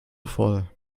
voll